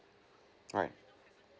right